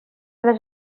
les